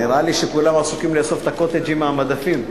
נראה לי שכולם עסוקים לאסוף את ה"קוטג'" מהמדפים,